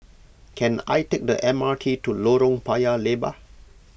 can I take the M R T to Lorong Paya Lebar